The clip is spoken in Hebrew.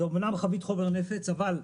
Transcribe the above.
זאת אמנם חבית חומר נפץ, אבל,